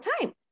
time